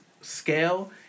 scale